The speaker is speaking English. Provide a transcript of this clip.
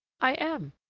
i am.